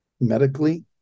medically